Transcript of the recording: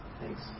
Thanks